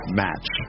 match